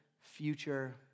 future